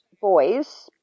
boys